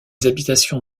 habitations